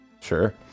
Sure